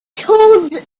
told